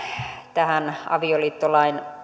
tähän avioliittolain